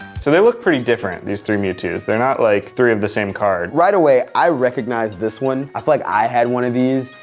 so they look pretty different, these three mewtwos. they're not like, three of the same card. right away, i recognized this one. i feel like i had one of these,